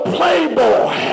Playboy